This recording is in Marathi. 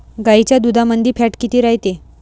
गाईच्या दुधामंदी फॅट किती रायते?